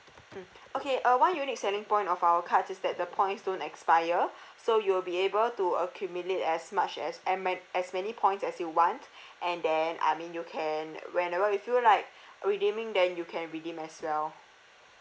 mm okay uh one unique selling point of our cards is that the points don't expire so you will be able to accumulate as much as air ma~ as many points as you want and then I mean you can whenever you feel like redeeming then you can redeem as well